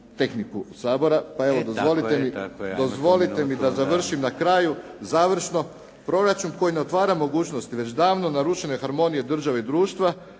tehniku Sabora, pa evo dozvolite mi da završim na kraju završno. Proračun koji ne otvara mogućnosti već davno narušene harmonije države i društva